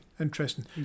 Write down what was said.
interesting